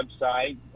website